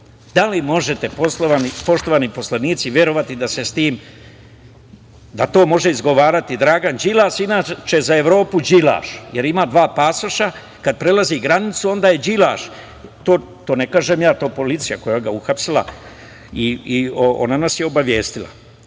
Da li možete poštovani poslanici verovati da to može izgovarati Dragan Đilas, inače za Evropu Đilaš, jer ima dva pasoša, kada prelazi granicu onda je Đilaš. To ne kažem ja, to kaže policija koja ga je uhapsila i ona nas je obavestila.I